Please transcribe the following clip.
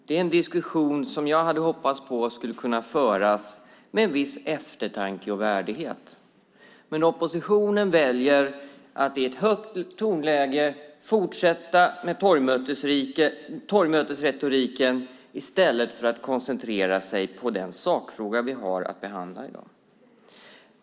Det är en diskussion som jag hade hoppats skulle kunna föras med en viss eftertanke och värdighet, men oppositionen väljer att i ett högt tonläge fortsätta med torgmötesretoriken i stället för att koncentrera sig på den sakfråga vi har att behandla i dag.